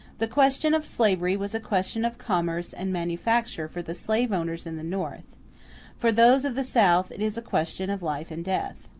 the question of slavery was a question of commerce and manufacture for the slave-owners in the north for those of the south, it is a question of life and death.